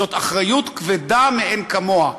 זו אחריות כבדה מאין כמוה.